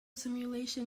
simulation